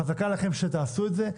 חזקה עליכם שתעשו את זה,